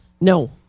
no